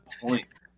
points